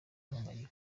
gahongayire